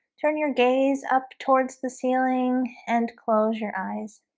turn your gaze up towards the ceiling and close your eyes